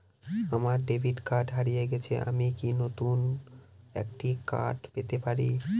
আমার ডেবিট কার্ডটি হারিয়ে গেছে আমি কি নতুন একটি কার্ড পেতে পারি?